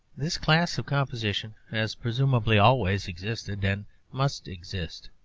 this class of composition has presumably always existed, and must exist.